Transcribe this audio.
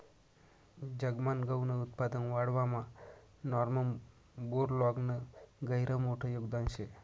जगमान गहूनं उत्पादन वाढावामा नॉर्मन बोरलॉगनं गहिरं मोठं योगदान शे